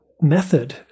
method